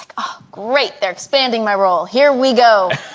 great. they're expanding my role here we go.